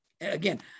Again